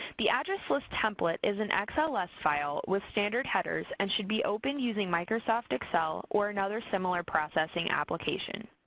the address list template is an xls ah so file with standard headers and should be opened using microsoft excel or another similar processing application.